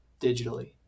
digitally